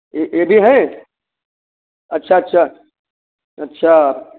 ये ये भी है अच्छा अच्छा अच्छा